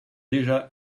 déjà